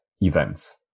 events